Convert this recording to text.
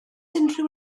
unrhyw